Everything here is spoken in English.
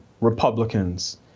Republicans